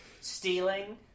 stealing